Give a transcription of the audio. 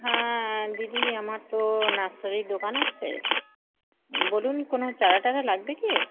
হ্যাঁ দিদি আমার তো নার্সারির দোকান আছে বলুন কোনো চারা টারা লাগবে কি